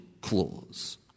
clause